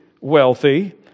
wealthy